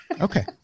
Okay